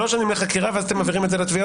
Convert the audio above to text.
שלוש שנים לחקירה, ואז אתם מעבירים את זה לתביעות?